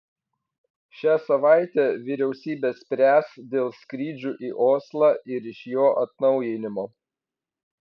šią savaitę vyriausybė spręs dėl skrydžių į oslą ir iš jo atnaujinimo